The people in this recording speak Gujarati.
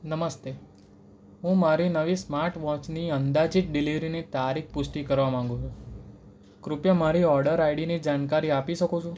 નમસ્તે હું મારી નવી સ્માર્ટ વૉચની અંદાજિત ડિલેવરીની તારીખ પુષ્ટિ કરવા માંગું છું કૃપયા મારી ઓર્ડર આઈડીની જાણકારી આપી શકો છો